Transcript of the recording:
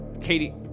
Katie